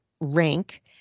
rank